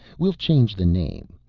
we'll change the name.